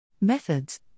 Methods